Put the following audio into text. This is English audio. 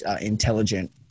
intelligent